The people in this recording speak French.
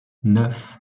neuf